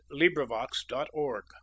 librivox.org